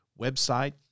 website